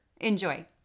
Enjoy